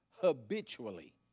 habitually